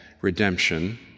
redemption